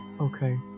okay